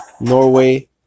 Norway